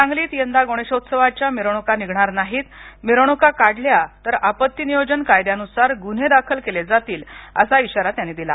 सांगलीत यंदा गणेशोत्सवाच्या मिरवणुका निघणार नाहीत मिरवणुका काढल्या तर आपत्ती नियोजन कायद्यांनुसार गुन्हे दाखल केले जातीलअसा इशारा त्यांनी दिला